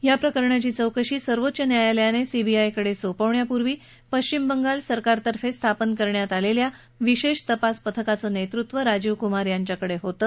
या प्रकरणाची चौकशी सर्वोच्च न्यायालयाने सीबीआयकडे सोपवण्यात पूर्वी पश्चिम बंगाल सरकारतर्फे स्थापन करण्यात आलेल्या विशेष तपास पथकाचं नेतृत्व राजीव कुमार यांच्याकडे होतं